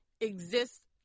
exists